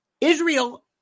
Israel